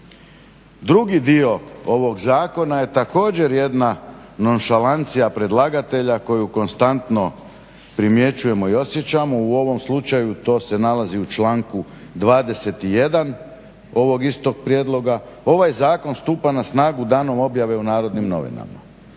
Drugi dio ovog zakona je također jedna nonšalancija predlagatelja koju konstantno primjećujemo i osjećamo. U ovom slučaju to se nalazi u članku 21. ovog istog prijedloga. Ovaj zakon stupa na snagu danom objave u Narodnim novinama.